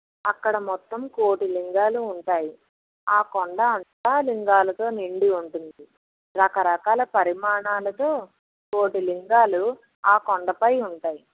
అక్కడ మొత్తం కోటిలింగాలు ఉంటాయి ఆ కొండ అంతా లింగాలతో నిండి ఉంటుంది రకరకాల పరిమాణాలతో కోటిలింగాలు ఆ కొండపై ఉంటాయి